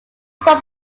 suburb